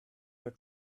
your